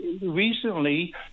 recently